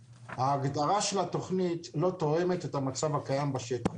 ההגדרה של התכנית לא תואמת את המצב הקיים בשטח.